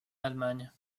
allemagne